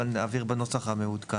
אבל אנחנו נעביר את הנוסח המעודכן.